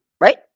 right